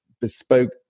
bespoke